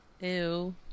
Ew